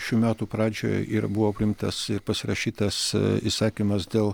šių metų pradžioje ir buvo priimtas ir pasirašytas įsakymas dėl